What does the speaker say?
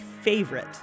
favorite